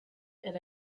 elle